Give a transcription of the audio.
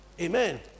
Amen